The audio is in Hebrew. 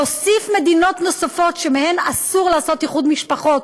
להוסיף מדינות נוספות שמהן אסור לעשות איחוד משפחות,